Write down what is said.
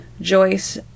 Joyce